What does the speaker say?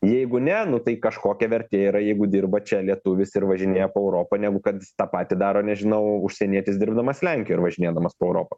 jeigu ne nu tai kažkokia vertė yra jeigu dirba čia lietuvis ir važinėja po europą negu kad jis tą patį daro nežinau užsienietis dirbdamas lenkijoj ir važinėdamas po europą